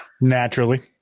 Naturally